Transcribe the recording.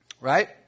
right